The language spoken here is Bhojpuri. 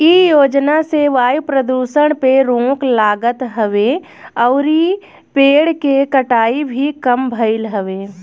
इ योजना से वायु प्रदुषण पे रोक लागत हवे अउरी पेड़ के कटाई भी कम भइल हवे